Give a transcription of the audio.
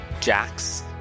jacks